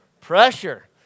pressure